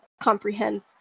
comprehend